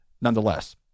nonetheless